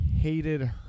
hated